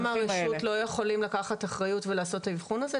הרשות לא יכולים לקחת אחריות ולעשות את האבחון הזה?